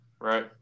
right